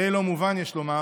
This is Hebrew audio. די לא מובן, יש לומר,